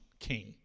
king